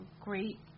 great